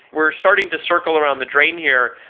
we're starting to circle around the drain here.